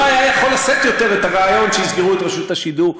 היה יכול לשאת יותר את הרעיון שיסגרו את רשות השידור,